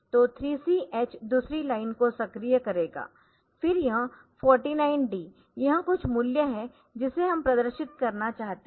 तो 3Ch दूसरी line को सक्रिय करेगा फिर यह 49 D यह कुछ मूल्य है जिसे हम प्रदर्शित करना चाहते है